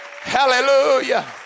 Hallelujah